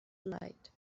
slide